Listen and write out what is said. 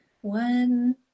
one